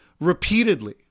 repeatedly